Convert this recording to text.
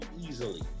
easily